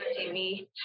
TV